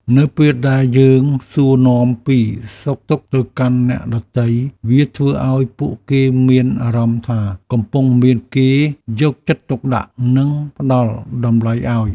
នៅពេលដែលយើងសួរនាំពីសុខទុក្ខទៅកាន់អ្នកដទៃវាធ្វើឱ្យពួកគេមានអារម្មណ៍ថាកំពុងមានគេយកចិត្តទុកដាក់និងផ្តល់តម្លៃឱ្យ។